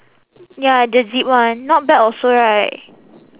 ya the zip one not bad also right